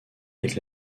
avec